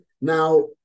now